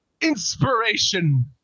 Inspiration